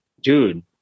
Dude